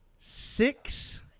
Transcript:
six